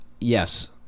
yes